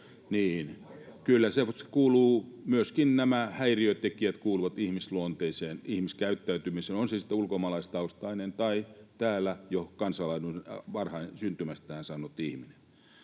kyllä myöskin nämä häiriötekijät kuuluvat ihmisluonteeseen, ihmiskäyttäytymiseen, on se sitten ulkomaalaistaustainen tai täällä jo kansalaisuuden varhain syntymästään saanut ihminen.